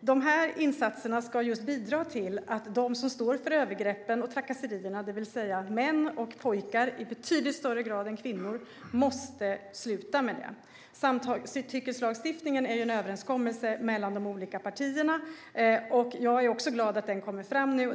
Dessa insatser ska bidra till att de som står för övergreppen och trakasserierna - det vill säga män och pojkar i betydligt högre grad än kvinnor - måste sluta med dessa. Samtyckeslagstiftningen är ju en överenskommelse mellan de olika partierna. Jag är också glad över att den kommer fram nu.